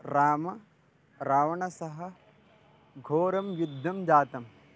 रामः रावणेन सह घोरं युद्धं जातम्